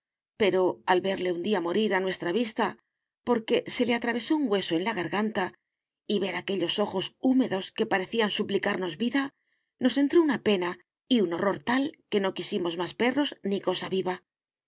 pero al verle un día morir a nuestra vista porque se le atravesó un hueso en la garganta y ver aquellos ojos húmedos que parecían suplicarnos vida nos entró una pena y un horror tal que no quisimos más perros ni cosa viva